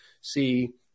see